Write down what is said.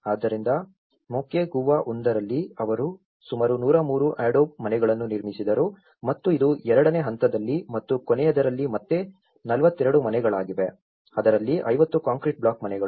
ಆದ್ದರಿಂದ ಮೊಕ್ವೆಗುವಾ ಒಂದರಲ್ಲಿ ಅವರು ಸುಮಾರು 103 ಅಡೋಬ್ ಮನೆಗಳನ್ನು ನಿರ್ಮಿಸಿದರು ಮತ್ತು ಇದು ಎರಡನೇ ಹಂತದಲ್ಲಿ ಮತ್ತು ಕೊನೆಯದರಲ್ಲಿ ಮತ್ತೆ 42 ಮನೆಗಳಾಗಿವೆ ಅದರಲ್ಲಿ 50 ಕಾಂಕ್ರೀಟ್ ಬ್ಲಾಕ್ ಮನೆಗಳು